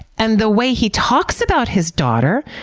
and the way he talks about his daughter,